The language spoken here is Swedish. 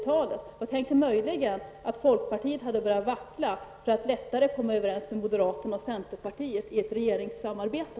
Jag tänkte att det möjligen var så, att folkpartiet hade börjat vackla för att lättare kunna komma överens med moderaterna och centerpartiet i ett regeringssamarbete.